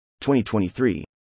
2023